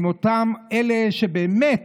עם אותם אלה שבאמת